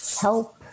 help